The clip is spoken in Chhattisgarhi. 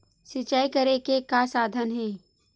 सिंचाई करे के का साधन हे?